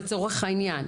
לצורך העניין.